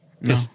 No